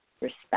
respect